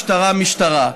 משטרה,